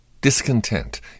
Discontent